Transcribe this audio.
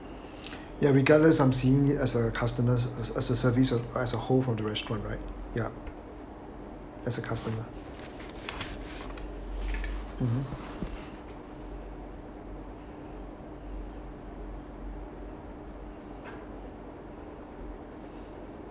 ya regardless I'm seeing it as a customers as as a services as a whole from the restaurant right ya as a customer mmhmm